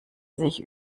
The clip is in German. sich